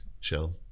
chill